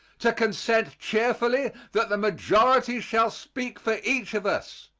to consent cheerfully that the majority shall speak for each of us,